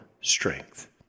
strength